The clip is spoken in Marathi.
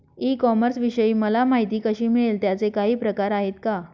ई कॉमर्सविषयी मला माहिती कशी मिळेल? त्याचे काही प्रकार आहेत का?